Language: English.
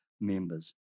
members